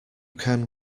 can